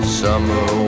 summer